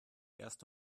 erst